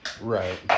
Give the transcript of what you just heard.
Right